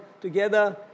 together